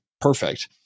perfect